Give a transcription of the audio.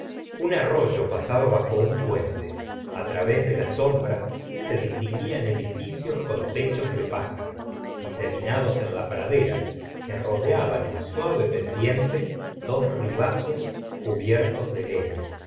un arroyo pasaba bajo un puente á través de las sombras se distinguían edificios con techo de paja diseminados en la pradera que rodeaban en suave pendiente dos ribazos